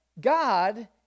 God